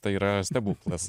tai yra stebuklas